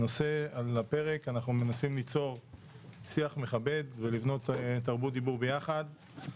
הנושא שעל הפרק אנחנו מנסים ליצור שיח מכבד ולבנות תרבות דיבור יחד.